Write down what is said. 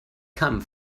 come